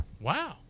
wow